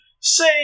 Say